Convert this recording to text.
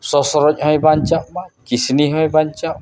ᱥᱚᱥᱨᱚᱡ ᱦᱚᱸᱭ ᱵᱟᱧᱪᱟᱜ ᱢᱟ ᱠᱤᱥᱱᱤ ᱦᱚᱸᱭ ᱵᱟᱧᱪᱟᱜ ᱢᱟ